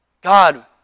God